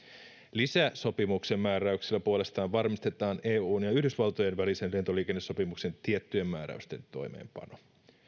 lisäsopimuksen määräyksillä puolestaan varmistetaan eun ja yhdysvaltojen välisen lentoliikennesopimuksen tiettyjen määräysten toimeenpano